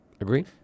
Agree